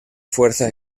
fuerza